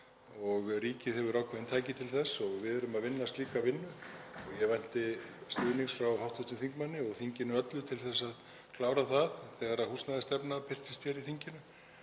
íbúa sína, ríkið hefur ákveðin tæki til þess og við erum að vinna slíka vinnu. Ég vænti stuðnings frá hv. þingmanni og þinginu öllu til að klára það þegar húsnæðisstefna birtist hér í þinginu.